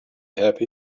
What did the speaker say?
happy